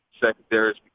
secondaries